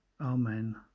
Amen